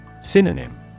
Synonym